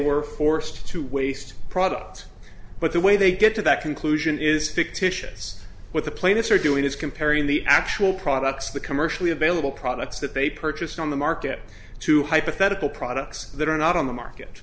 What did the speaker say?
were forced to waste product but the way they get to that conclusion is fictitious what the plaintiffs are doing is comparing the actual products of the commercially available products that they purchased on the market two hypothetical products that are not on the market